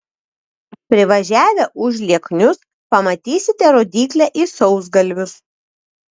privažiavę užlieknius pamatysite rodyklę į sausgalvius